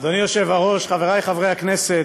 25% לחיילי מילואים שהם עצמאים.